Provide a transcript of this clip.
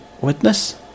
witness